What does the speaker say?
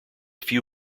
few